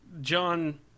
John